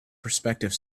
prospective